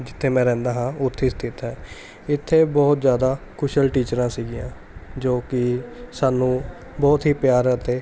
ਜਿੱਥੇ ਮੈਂ ਰਹਿੰਦਾ ਹਾਂ ਉੱਥੇ ਸਥਿਤ ਹੈ ਇੱਥੇ ਬਹੁਤ ਜ਼ਿਆਦਾ ਕੁਸ਼ਲ ਟੀਚਰਾਂ ਸੀਗੀਆਂ ਜੋ ਕਿ ਸਾਨੂੰ ਬਹੁਤ ਹੀ ਪਿਆਰ ਅਤੇ